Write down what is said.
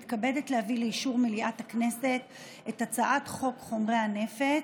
אני מתכבדת להביא לאישור מליאת הכנסת את הצעת חוק חומרי נפץ,